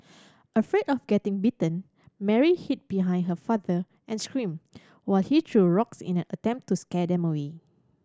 afraid of getting bitten Mary hid behind her father and screamed while he threw rocks in a attempt to scare them away